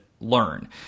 learn